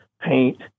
paint